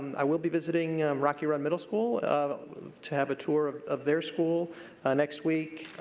i will be visiting rocky run middle school to have a tour of of their school ah next week.